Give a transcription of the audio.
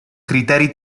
criteri